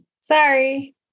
Sorry